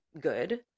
good